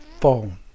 phone